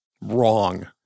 Wrong